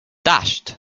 dashed